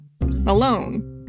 alone